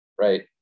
right